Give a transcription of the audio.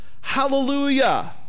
Hallelujah